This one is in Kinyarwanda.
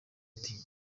ati